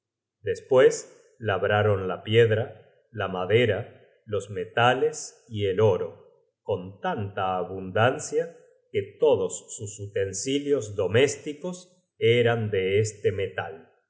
despues labraron la piedra la madera los metales y el oro con tanta abundancia que todos sus utensilios domésticos eran de este metal